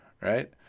right